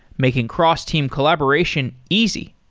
making cross-team collaboration easy.